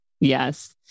Yes